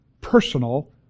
personal